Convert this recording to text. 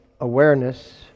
awareness